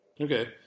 Okay